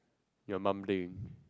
you are mumbling